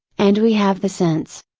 and we have the sense.